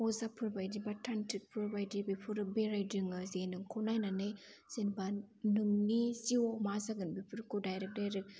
अजाफोरबादि बा तानथ्रिक बायदि बेफोरो बेरायदिङो जे नोंखौ नायनानै जेनोबा नोंनि जिउआव मा जागोन बेफोरखौ डाइरेक्ट डाइरेक्ट